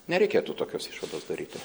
nereikėtų tokios išvados daryti